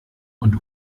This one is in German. und